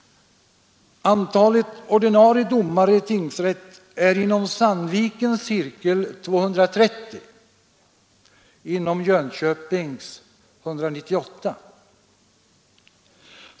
Antalet ordinarie domare i tingsrätt är inom Sandvikens cirkel 230, inom Jönköpings 198.